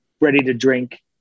ready-to-drink